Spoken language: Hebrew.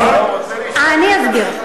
בסדר, הוא עכשיו מתכוון לסגור אותה?